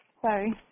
sorry